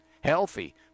healthy